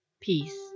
Peace